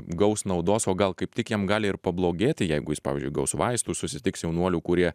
gaus naudos o gal kaip tik jam gali ir pablogėti jeigu jis pavyzdžiui gaus vaistų susitiks jaunuolių kurie